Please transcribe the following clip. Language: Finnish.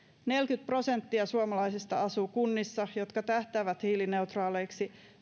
neljäkymmentä prosenttia suomalaisista asuu kunnissa jotka tähtäävät hiilineutraaleiksi